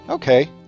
Okay